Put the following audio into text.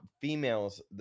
females